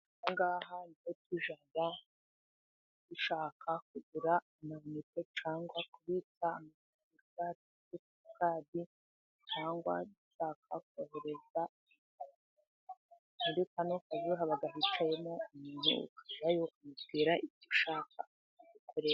Aha ngaha niho tujya dushaka kugura amayinite, cyangwa kubitsa amafaranga kuri simukadi, cyangwa dushaka kohereza, muri Kano kazu haba hicayemo umuntu ukajyayo ukamubwira ibyo ushaka akabigukorera.